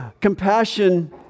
compassion